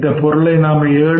இந்த பொருளை நாம் 7